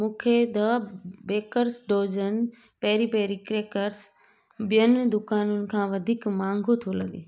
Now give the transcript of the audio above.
मूंखे the baker's dozen peri peri crackers ॿियुनि दुकानुनि खां वधीक महांगो थो लॻे